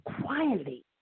quietly